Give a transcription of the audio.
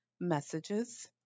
messages